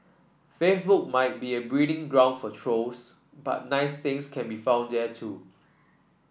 Facebook might be a breeding ground for trolls but nice things can be found there too